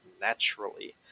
naturally